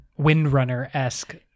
windrunner-esque